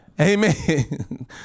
amen